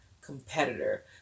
competitor